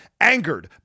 angered